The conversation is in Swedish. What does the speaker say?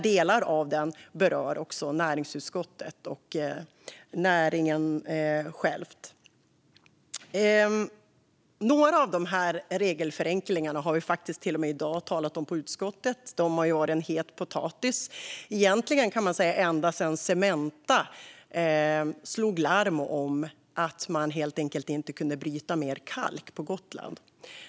Delar av det berör näringsutskottet och näringen själv. Några av regelförenklingarna har vi till och med i dag talat om i utskottet. De har egentligen varit en het potatis ända sedan Cementa slog larm om att man helt enkelt inte kunde bryta mer kalk på Gotland.